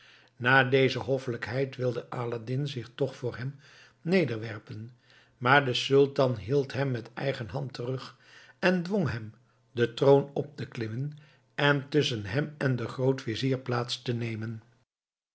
na deze hoffelijkheid wilde aladdin zich toch voor hem nederwerpen maar de sultan hield hem met eigen hand terug en dwong hem den troon op te klimmen en tusschen hem en den grootvizier plaats te nemen